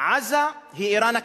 עזה היא אירן הקטנה,